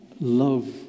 love